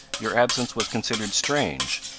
your absence was considered strange,